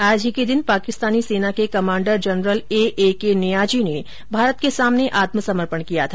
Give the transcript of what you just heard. आज ही के दिन पाकिस्तानी सेना के कमाण्डर जनरल एएके नियाजी ने भारत के सामने आत्म समर्पण किया था